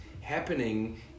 happening